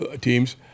teams